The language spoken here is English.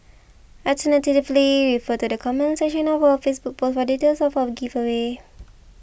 alternatively refer to the comments section of our Facebook post for details of our giveaway